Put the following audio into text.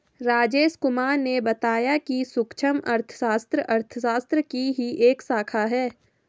राजेश कुमार ने बताया कि सूक्ष्म अर्थशास्त्र अर्थशास्त्र की ही एक शाखा है